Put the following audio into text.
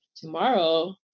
tomorrow